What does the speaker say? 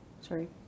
Sorry